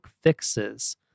fixes